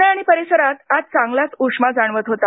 पुणे आणि परिसरात आज चांगला उष्मा जाणवत होता